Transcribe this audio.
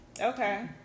Okay